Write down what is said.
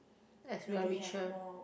as we're richer